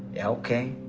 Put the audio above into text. ok.